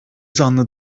zanlı